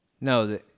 no